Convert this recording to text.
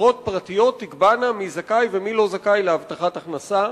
חברות פרטיות תקבענה מי זכאי ומי לא זכאי להבטחת הכנסה.